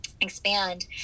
expand